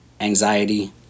anxiety